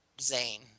zane